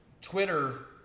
twitter